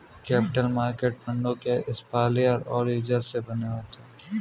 capital market फंडों के supplier और यूजर से बने होते हैं